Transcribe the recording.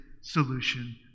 solution